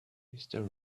mister